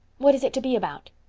what is it to be about?